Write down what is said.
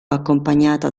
accompagnata